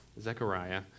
Zechariah